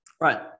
Right